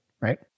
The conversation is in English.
Right